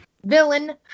villain